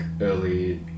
early